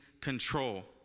control